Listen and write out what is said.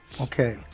Okay